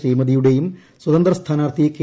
ശ്രീമതിയുടേയും സ്വതന്ത്ര സ്ഥാനാർത്ഥി കെ